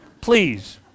please